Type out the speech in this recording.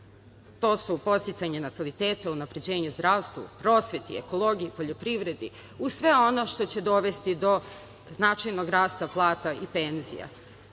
To su podsticanje nataliteta, unapređenje u zdravstvu, prosveti, ekologiji, poljoprivredi, uz sve ono što će dovesti do značajnog rasta plata i penzija.